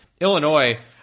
Illinois